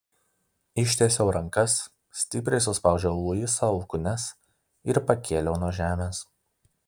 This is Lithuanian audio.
ištiesiau rankas stipriai suspaudžiau luiso alkūnes ir pakėliau nuo žemės